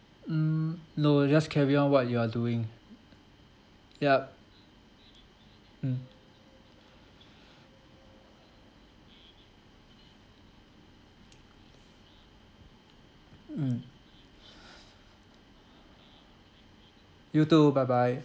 mm no just carry on what you are doing yup mm mm you too bye bye